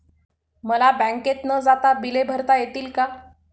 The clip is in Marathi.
मला बँकेत न जाता बिले भरता येतील का?